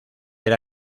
era